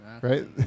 right